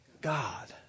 God